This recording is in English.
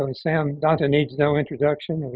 i mean sam donta needs no introduction.